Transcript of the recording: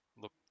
look